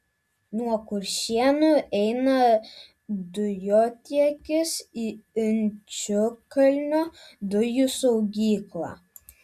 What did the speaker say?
nuo kuršėnų eina dujotiekis į inčukalnio dujų saugyklą